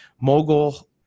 mogul